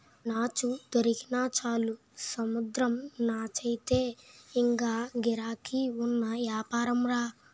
నాచు దొరికినా చాలు సముద్రం నాచయితే ఇంగా గిరాకీ ఉన్న యాపారంరా